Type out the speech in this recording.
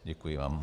Děkuji vám.